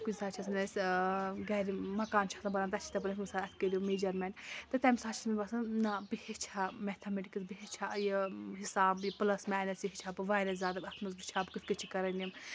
کُنہِ ساتہٕ چھِ آسان اَسہِ گَرِ مَکان چھُ آسان بَناوُن تَتھ چھِ یِتھَے پٲٹھۍ اَتھ کٔرِو میجَرمٮ۪نٛٹ تہٕ تَمہِ ساتہٕ چھِ باسان نَہ بہٕ ہیٚچھِ ہا مٮ۪تھَمِٹِکٕس بہٕ ہیٚچھِ ہا یہِ حساب یہِ پٕلَس ماینَس یہِ ہیٚچھِ ہا بہٕ واریاہ زیادٕ اَتھ منٛز وٕچھٕ ہا بہٕ کِتھ کَنۍ چھِ کَران یِم